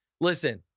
Listen